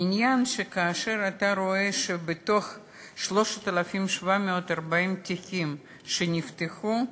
עניין שאתה רואה שמתוך 3,740 תיקים שנפתחו,